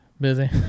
Busy